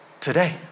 today